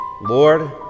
Lord